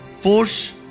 Force